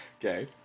Okay